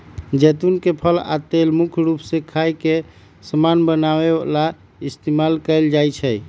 जैतुन के फल आ तेल मुख्य रूप से खाए के समान बनावे ला इस्तेमाल कएल जाई छई